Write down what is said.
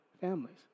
families